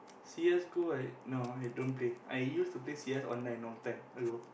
c_s Go I no I don't play I used to play c_s online long time ago